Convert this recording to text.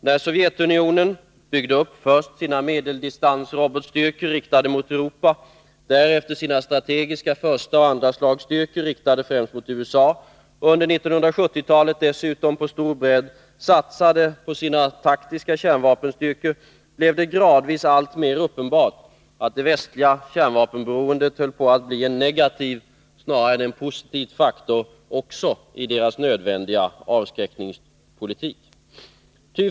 När Sovjetunionen byggde upp först sina medeldistansrobotstyrkor, riktade mot Europa, därefter sina strategiska förstaoch andraslagsstyrkor, riktade främst mot USA, och under 1970-talet dessutom på stor bredd satsade på sina taktiska kärnvapenstyrkor blev det gradvis alltmer uppenbart att det västliga kärnvapenberoendet höll på att bli en negativ snarare än en positiv faktor också i deras nödvändiga avskräckningspolitik.